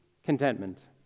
Contentment